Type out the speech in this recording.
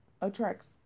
attracts